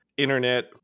internet